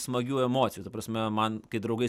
smagių emocijų ta prasme man kai draugai